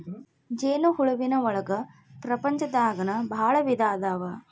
ಜೇನ ಹುಳುವಿನ ಒಳಗ ಪ್ರಪಂಚದಾಗನ ಭಾಳ ವಿಧಾ ಅದಾವ